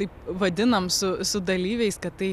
taip vadinam su su dalyviais kad tai